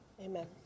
Amen